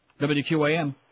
WQAM